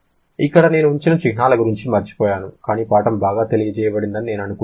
ఇక్కడ నేను ఉంచిన చిహ్నాల గురించి మర్చిపోయాను కానీ పాఠం బాగా తెలియజేయబడిందని నేను అనుకుంటున్నాను